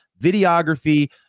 videography